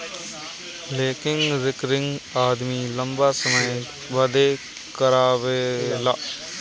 लेकिन रिकरिंग आदमी लंबा समय बदे करावेला